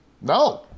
No